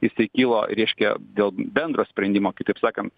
jisai kilo reiškia dėl bendro sprendimo kitaip sakant